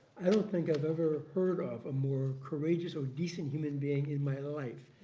i don't think i've ever heard of a more courageous or decent human being in my life.